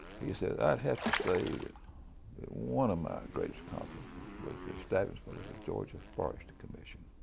he said, i'd have to say that one of greatest accomplishments was the establishment of the georgia forest commission.